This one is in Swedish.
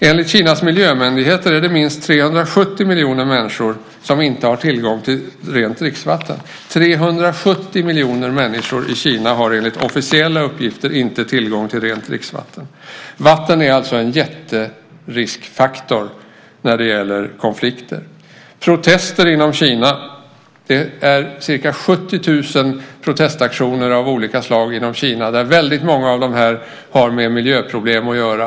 Enligt Kinas miljömyndigheter är det minst 370 miljoner människor som inte har tillgång till rent dricksvatten. 370 miljoner människor i Kina har alltså enligt officiella uppgifter inte tillgång till rent dricksvatten. Vatten är alltså en jätteriskfaktor när det gäller konflikter. Det är ca 70 000 protestaktioner av olika slag inom Kina. Väldigt många av dem har med miljöproblem att göra.